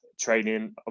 training